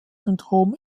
syndrom